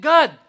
God